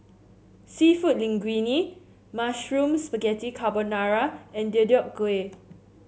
seafood Linguine Mushroom Spaghetti Carbonara and Deodeok Gui